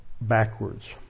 backwards